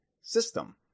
system